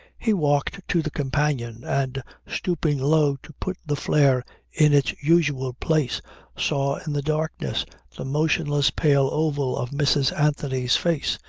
he walked to the companion and stooping low to put the flare in its usual place saw in the darkness the motionless pale oval of mrs. anthony's face.